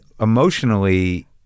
emotionally